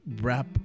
wrap